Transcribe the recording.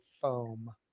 foam